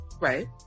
Right